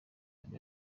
bya